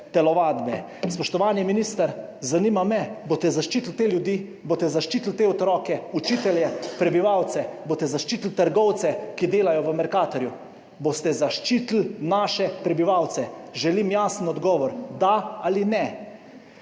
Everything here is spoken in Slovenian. telovadbe. Spoštovani minister, zanima me, boste zaščitili te ljudi? Boste zaščitili te otroke, učitelje, prebivalec? Boste zaščitili trgovce, ki delajo v Mercatorju? Boste zaščitili naše prebivalce? Želim jasen odgovor. Da ali ne.